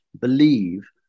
believe